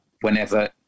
whenever